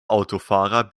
autofahrer